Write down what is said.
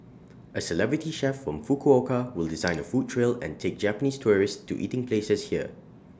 A celebrity chef from Fukuoka will design A food trail and take Japanese tourists to eating places here